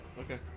okay